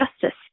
justice